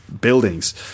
buildings